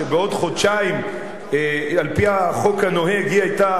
כשבעוד חודשיים על-פי החוק הנוהג היא היתה